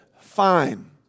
Fine